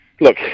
look